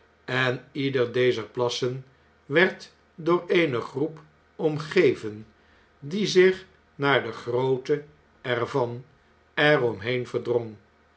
en ieder dezer plassen werd door eene groep omgeven die zich naar de grootte er van er omheen verdrong